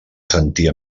sentia